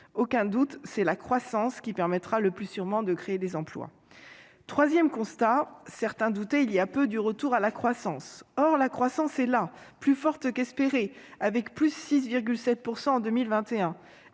Aucun doute, c'est la croissance qui permettra le plus sûrement de créer des emplois. Troisième constat : certains doutaient, voilà peu, du retour à la croissance. Or la croissance est là, plus forte qu'espérée, +6,7 % en 2021.